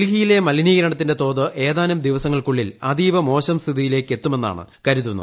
ഡൽഹിയിലെ മലിനീകരണത്തിന്റെ തോത് ഏതാനും ദിവസങ്ങൾക്കുള്ളിൾ അതീവ മോശം സ്ഥിതിയിലേക്കെത്തുമെന്നാണ് കരുതപ്പെടുന്നത്